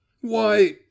Why—